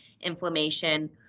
inflammation